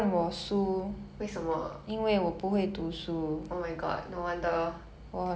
then what what what do you do on your s~ in your spare time